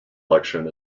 election